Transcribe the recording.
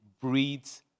breeds